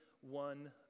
one